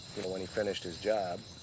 when he finished his job.